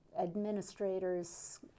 administrators